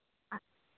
હા